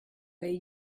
way